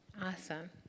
Awesome